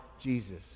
Jesus